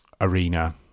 arena